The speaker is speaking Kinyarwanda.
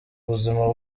buzima